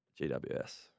GWS